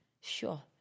Sure